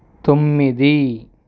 తొమ్మిది